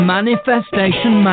Manifestation